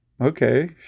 Okay